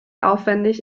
aufwendig